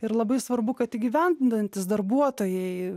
ir labai svarbu kad įgyvendinantys darbuotojai